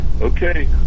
Okay